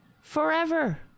forever